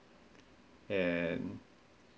and